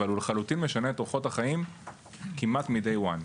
אבל הוא לחלוטין משנה את אורחות החיים כמעט מהרגע הראשון.